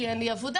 כי אין לי עבודה,